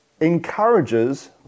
encourages